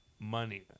Money